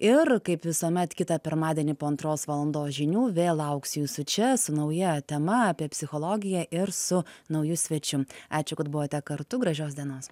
ir kaip visuomet kitą pirmadienį po antros valandos žinių vėl lauksiu jūsų čia su nauja tema apie psichologiją ir su nauju svečiu ačiū kad buvote kartu gražios dienos